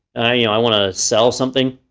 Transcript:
you know i want to sell something.